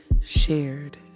shared